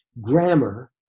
Grammar